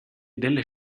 delle